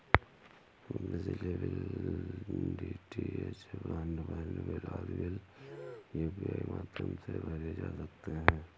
बिजली bill, DTH broadband bill आदि bill UPI माध्यम से भरे जा सकते हैं